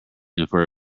infer